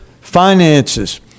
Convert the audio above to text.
finances